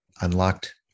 unlocked